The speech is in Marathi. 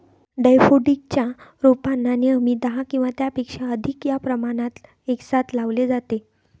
डैफोडिल्स च्या रोपांना नेहमी दहा किंवा त्यापेक्षा अधिक या प्रमाणात एकसाथ लावले जाते